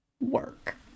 work